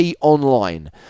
online